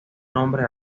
nombre